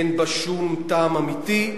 אין בה שום טעם אמיתי,